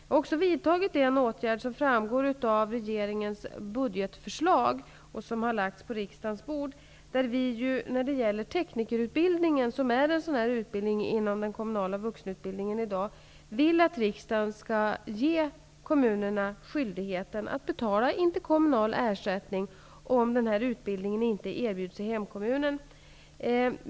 Vi har också vidtagit den åtgärden -- som framgår av regeringens budgetförslag som lagts på riksdagens bord -- att vi när det gäller teknikerutbildningen, som är en utbildning inom den kommunala vuxenutbildningen i dag, sagt att vi vill att riksdagen skall ge kommunerna skyldigheten att betala interkommunal ersättning om utbildnignen inte erbjuds i hemkommmunen.